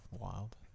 wild